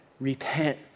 repent